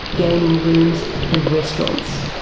gaming rooms and restaurants.